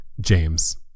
James